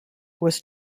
was